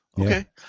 Okay